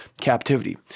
captivity